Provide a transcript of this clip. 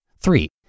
Three